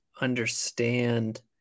understand